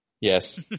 Yes